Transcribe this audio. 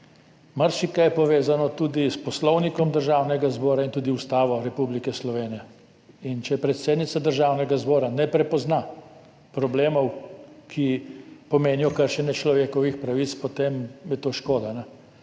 marsikaj je povezano tudi s Poslovnikom državnega zbora in tudi z Ustavo Republike Slovenije. Če predsednica Državnega zbora ne prepozna problemov, ki pomenijo kršenje človekovih pravic, potem je škoda,